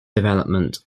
development